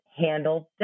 handled